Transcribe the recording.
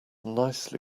nicely